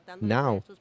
Now